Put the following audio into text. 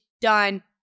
done